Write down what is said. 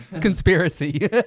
conspiracy